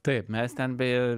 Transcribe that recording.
taip mes ten beje